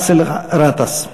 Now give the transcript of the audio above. ובאסל גטאס,